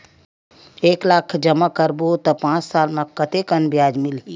एक लाख जमा करबो त पांच साल म कतेकन ब्याज मिलही?